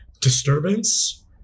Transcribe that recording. disturbance